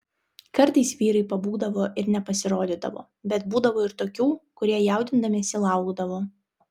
kartais vyrai pabūgdavo ir nepasirodydavo bet būdavo ir tokių kurie jaudindamiesi laukdavo